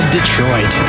Detroit